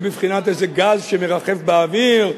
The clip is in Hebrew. בבחינת איזה גז שמרחף באוויר,